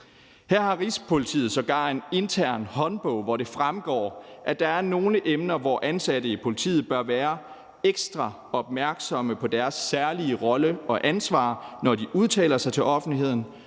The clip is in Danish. Her har Rigspolitiet sågar en intern håndbog, hvoraf det fremgår, at der er nogle emner, hvorom ansatte i politiet bør være ekstra opmærksomme på deres særlige rolle og ansvar, når de udtaler sig til offentligheden.